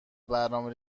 برنامه